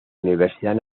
universidad